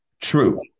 True